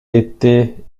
était